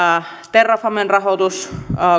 terrafamen rahoitus